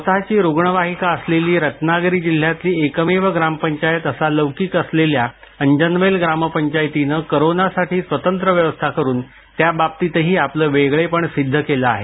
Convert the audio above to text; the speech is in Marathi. स्वतःची रुग्णवाहिका असलेली रत्नागिरी जिल्ह्यातली एकमेव ग्रामपंचायत असा लौकिक असलेल्या अंजनवेल ग्रामपंचायतीनं कोरोनासाठी स्वतंत्र व्यवस्था करून त्या बाबतीतही आपलं वेगळेपण सिद्ध केलं आहे